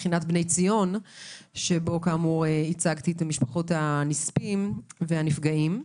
מכינת בני ציון שבו ייצגתי את משפחות הנספים והנפגעים.